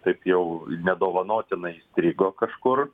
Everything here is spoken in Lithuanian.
taip jau nedovanotinai įstrigo kažkur